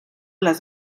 las